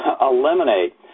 eliminate